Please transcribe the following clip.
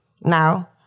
now